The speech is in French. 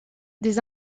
des